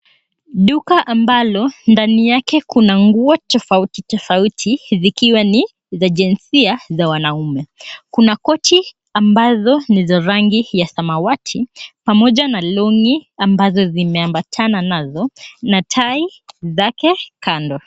Duka ambalo ndani yake kuna nguo tofauti tofauti vikiwa ni vya jinsia ylza wanaume. Kuna koto ambazo ni za rangi ya samawati pamoja na longi ambazo zimeambatana nazo na tai zake kando.